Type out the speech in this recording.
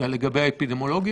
לגבי האפידמיולוגיה?